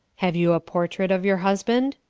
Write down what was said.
have you a portrait of your husband?